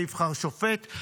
זה יבחר שופט,